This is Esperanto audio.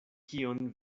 kion